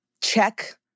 check